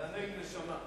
תענה עם נשמה,